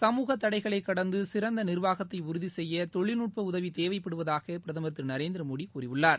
சமூக தடைகளை கடந்து சிறந்த நிர்வாகத்தை உறுதி செய்ய தொழில்நுட்ப உதவி தேவைப்படுவதாக பிரதமர் திரு நரேந்திரமோடி கூறியுள்ளார்